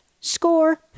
Score